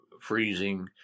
freezing